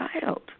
child